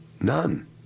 None